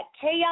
chaos